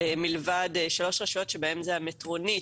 מלבד שלוש רשויות שבהן זה המטרונית,